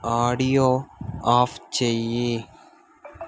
audio off చెయ్యి